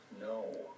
No